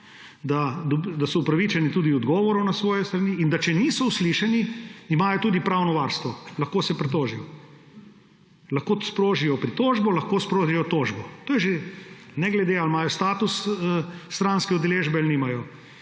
da so upravičeni tudi do odgovorov na svoje stvari in da če niso uslišani, imajo tudi pravno varstvo, lahko se pritožijo. Lahko sprožijo pritožbo, lahko sprožijo tožbo ne glede na to, ali imajo status stranske udeležbe ali nimajo.